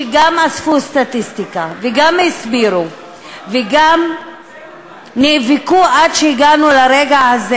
שגם אספו סטטיסטיקה וגם הסבירו וגם נאבקו עד שהגענו לרגע הזה